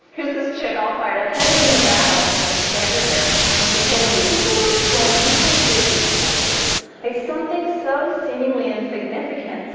here's this chick all fired up, headed into battle as the standard bearer and she's holding these little suavitos baking spices, like something so seemingly insignificant,